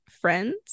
friends